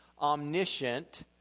omniscient